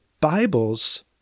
Bible's